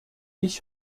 ich